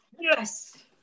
Yes